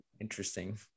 Interesting